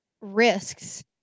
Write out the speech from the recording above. risks